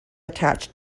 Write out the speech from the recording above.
attached